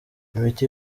imiti